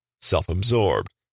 self-absorbed